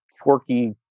quirky